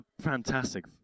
fantastic